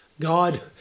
God